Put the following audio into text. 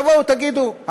תבואו תגידו,